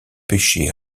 péché